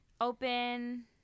open